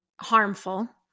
harmful